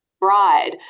Bride